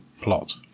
plot